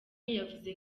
yavuze